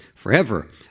Forever